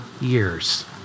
years